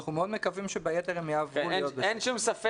ואנחנו מאוד מקווים שביתר הם יעברו להיות בסגל עמית.